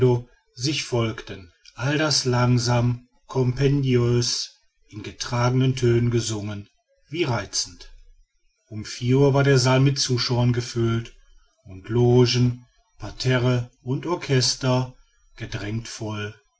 sich folgten all das langsam compendiös in getragenen tönen gesungen wie reizend um vier uhr war der saal mit zuschauern gefüllt und logen parterre und orchester gedrängt voll